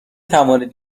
توانید